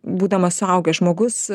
būdamas suaugęs žmogus